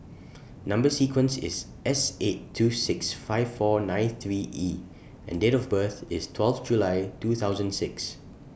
Number sequence IS S eight two six five four nine three E and Date of birth IS twelve July two thousand and six